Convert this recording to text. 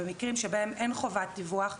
במקרים שבהם אין חובת דיווח,